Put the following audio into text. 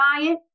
diet